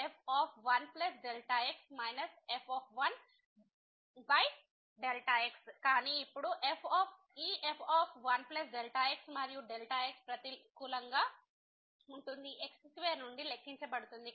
f 1 Δ x f1Δ x కానీ ఇప్పుడు ఈ f 1 Δ x మరియు x ప్రతికూలంగా ఉండటం x2నుండి లెక్కించబడుతుంది